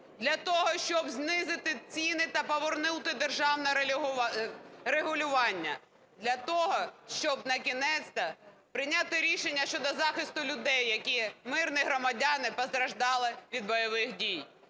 для того, щоб знизити ціни та повернути державне регулювання, для того, щоб на кінець-то прийняти рішення щодо захисту людей, які мирні громадяни, постраждали від бойових дій;